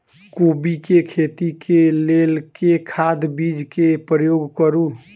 कोबी केँ खेती केँ लेल केँ खाद, बीज केँ प्रयोग करू?